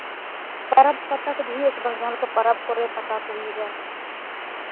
ᱯᱚᱨᱚᱵᱽ ᱯᱟᱛᱟ ᱠᱚᱫᱚ ᱦᱩᱭᱩᱜᱼᱟᱥᱮ ᱵᱟᱝ ᱡᱟᱦᱟᱸ ᱞᱮᱠᱟ ᱯᱚᱨᱚᱵᱽ ᱠᱚᱨᱮᱜ ᱯᱟᱛᱟ ᱠᱚ ᱦᱩᱭᱩᱜᱼᱟ